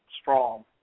strong